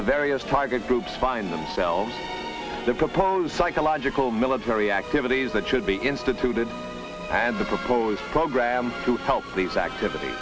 the various target groups find themselves the proposed psychological military activities that should be instituted and the proposed program to help these activit